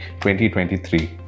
2023